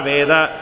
Veda